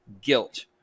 guilt